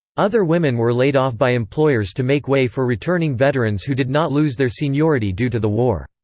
other women were laid off by employers to make way for returning veterans who did not lose their seniority due to the war.